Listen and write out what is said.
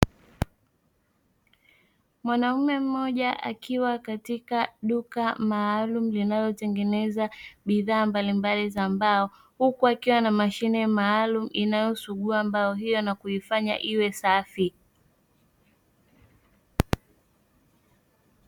Mwanaume mmoja akiwa katika duka maalumu linalotengeneza bidhaa mbalimbali za mbao, huku akiwa na mashine maalumu inayosugua mbao hiyo na kuifanya iwe safi.